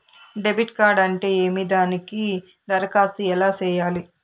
debit card అంటే ఏమి దానికి దరఖాస్తు ఎలా సేయాలి